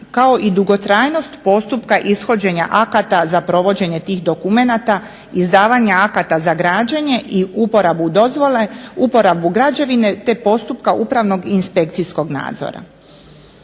kao i dugotrajnost postupka ishođenja akata za provođenje tih dokumenata, izdavanja akata za građenje i uporabu građevine te postupka upravnog i inspekcijskog nadzora.